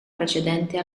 precedente